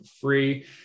free